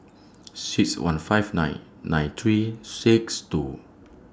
six one five nine nine three six two